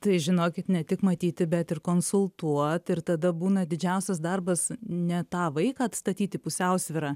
tai žinokit ne tik matyti bet ir konsultuot ir tada būna didžiausias darbas ne tą vaiką atstatyti pusiausvyrą